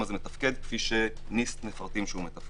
הזה מתפקד כפי ש- nist מפרטים שהוא מתפקד.